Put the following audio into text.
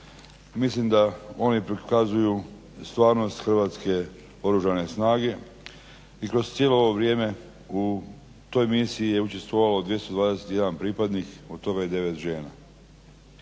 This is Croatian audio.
Mislim da oni prikazuju stvarnost hrvatske oružane snage i kroz cijelo ovo vrijeme u toj misiji je učestvovalo 221 pripadnik od toga i 9 žena.